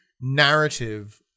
narrative